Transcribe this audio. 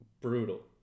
brutal